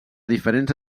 diferents